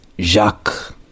Jacques